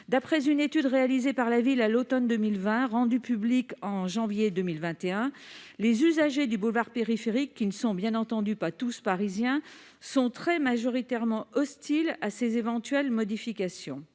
D'après une étude réalisée par la ville à l'automne 2020, rendue publique au mois de janvier 2021, les usagers du boulevard périphérique, qui ne sont bien entendu pas tous parisiens, sont très majoritairement hostiles à ces éventuelles modifications.